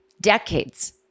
decades